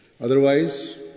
Otherwise